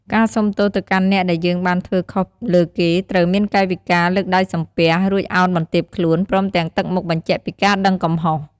ការសូមទោសទៅកាន់អ្នកដែលយើងបានធ្វើខុសលើគេ ត្រូវមានកាយវិការ លើកដៃសំពះ រួចឱនបន្ទាបខ្លួន ព្រមទាំងទឹកមុខបញ្ជាក់ពីការដឹងកំហុស។